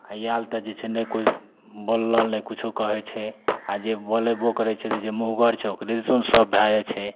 आओर आयल तऽ नहि कोइ बोललक ने कुछो कहय छै आओर जे बोलबो करय छै जे मुँहगर छै ओकरे दिसन सब भए जाइ छै